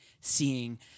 seeing